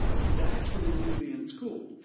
that's when they need to be in school.